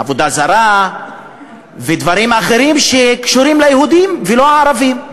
עבודה זרה ודברים אחרים שקשורים ליהודים ולא לערבים.